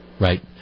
right